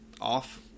off